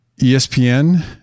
ESPN